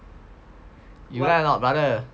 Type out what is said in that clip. you like or not brother